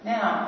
Now